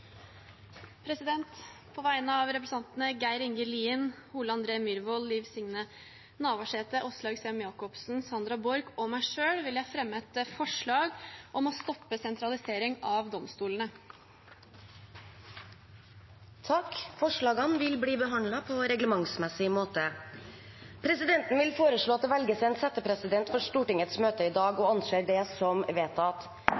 På vegne av representantene Geir Inge Lien, Ole André Myhrvold, Liv Signe Navarsete, Åslaug Sem-Jacobsen, Sandra Borch og meg selv vil jeg fremme et forslag om å stoppe sentralisering av domstolene. Forslagene vil bli behandlet på reglementsmessig måte. Presidenten vil foreslå at det velges en settepresident for Stortingets møte i dag